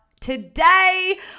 today